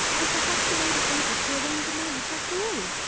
and perhaps he may be able to arrange a marriage after all.